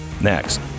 Next